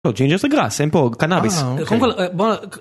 ג'ינג'ר זה גראס, אין פה קנאביס קודם כל בוא